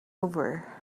over